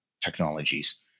technologies